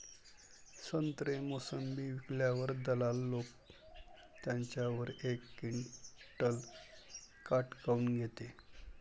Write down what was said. संत्रे, मोसंबी विकल्यावर दलाल लोकं त्याच्यावर एक क्विंटल काट काऊन घेते?